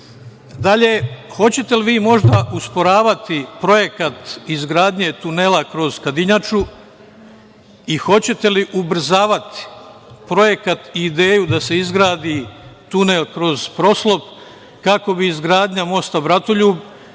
hoćete li vi, možda, usporavati projekat izgradnje tunela kroz Kadinjaču i hoćete li ubrzavati projekat i ideju da se izgradi tunel kroz Proslog, kako bi izgradnja mosta Bratoljub